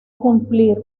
cumplir